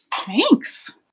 Thanks